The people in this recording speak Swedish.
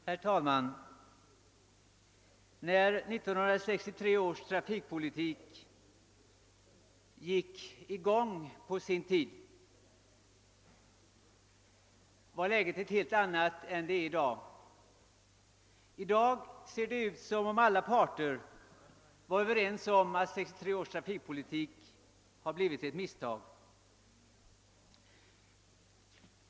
Herr talman! När 1963 års trafikpolitik på sin tid skulle börja tillämpas var läget ett helt annat än det är i dag. I dag ser det ut som om alla parter är överens om att 1963 års trafikpolitik har blivit ett misstag.